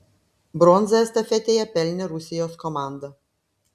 bronzą estafetėje pelnė rusijos komanda